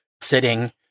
sitting